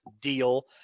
deal